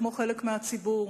כמו חלק מהציבור,